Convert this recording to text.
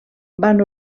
van